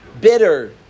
Bitter